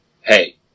Hey